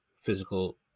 physical